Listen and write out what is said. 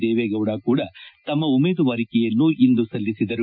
ದೇವೇಗೌಡ ಕೂಡ ತಮ್ನ ಉಮೇದುವಾರಿಕೆಯನ್ನು ಇಂದು ಸಲ್ಲಿಸಿದರು